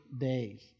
days